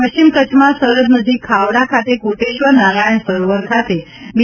પશ્ચિમ કચ્છમાં સરહદ નજીક ખાવડા ખાતે કોટેશ્વર નારાયણ સરોવર ખાતે બી